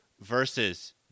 Versus